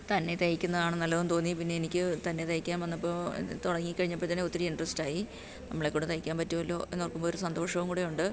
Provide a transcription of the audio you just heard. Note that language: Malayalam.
തന്നെ തയ്ക്കുന്ന ആണ് നല്ലതെന്ന് തോന്നി പിന്നെ എനിക്ക് തന്നെ തയ്ക്കാൻ വന്നപ്പോൾ തുടങ്ങി കഴിഞ്ഞപ്പം തന്നെ ഒത്തിരി ഇൻട്രസ്റ്റായി നമ്മളെ കൊണ്ട് തയ്ക്കാൻ പറ്റുമല്ലോ എന്ന് ഓർക്കുമ്പോൾ ഒരു സന്തോഷോം കൂടെ ഉണ്ട്